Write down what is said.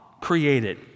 created